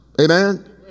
Amen